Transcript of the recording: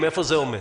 איפה זה עומד?